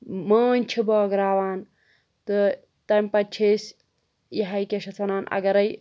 مٲنز چھِ بٲگراوان تہٕ تَمہِ پَتہٕ چھِ أسۍ یِہَے کیٛاہ چھِ اَتھ وَنان اَگَرے